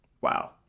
wow